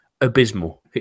abysmal